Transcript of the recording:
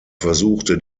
versuchte